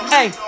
Hey